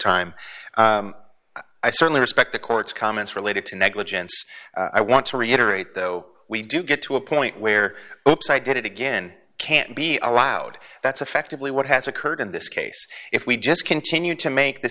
time i certainly respect the court's comments related to negligence i want to reiterate though we do get to a point where the upside did it again can't be allowed that's effectively what has occurred in this case if we just continue to make the